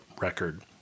record